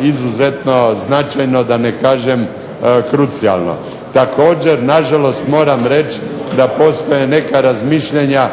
izuzetno značajno, da ne kažem krucijalno. Također, nažalost moram reći da postoje neka razmišljanja